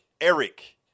Eric